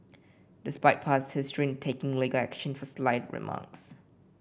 despite past history in taking legal action for slight remarks